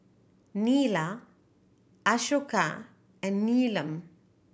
Neila Ashoka and Neelam